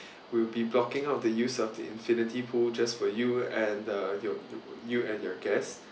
we'll be blocking out the use of the infinity pool just for you and uh your you and your guests